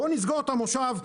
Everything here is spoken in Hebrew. בוא נסגור את המושב,